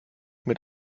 mit